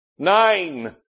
Nine